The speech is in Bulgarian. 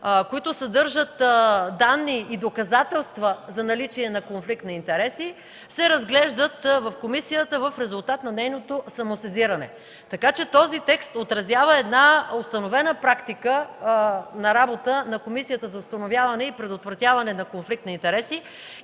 които съдържат данни и доказателства за наличие на конфликт на интереси, се разглеждат в комисията в резултат на нейното самосезиране. Този текст отразява установена практика на работа на Комисията за предотвратяване и установяване на конфликт на интереси.